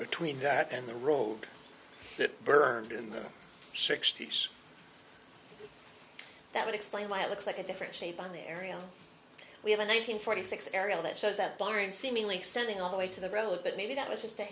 between that and the road that burned in the sixty's that would explain why it looks like a different shape on the aerial we have a nine hundred forty six aerial that shows that barring seemingly extending all the way to the road but maybe that was just a